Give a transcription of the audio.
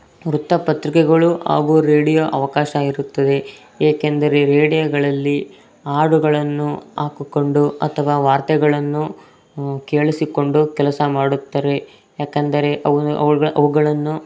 ವೃತ್ತಪತ್ರಿಕೆಗಳು ಹಾಗೂ ರೇಡಿಯೋ ಅವಕಾಶ ಇರುತ್ತದೆ ಏಕೆಂದರೆ ರೇಡಿಯೋಗಳಲ್ಲಿ ಹಾಡುಗಳನ್ನು ಹಾಕುಕೊಂಡು ಅಥವಾ ವಾರ್ತೆಗಳನ್ನು ಕೇಳಿಸಿಕೊಂಡು ಕೆಲಸ ಮಾಡುತ್ತಾರೆ ಯಾಕೆಂದರೆ ಅವು ಅವು ಅವುಗಳನ್ನು